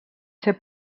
ser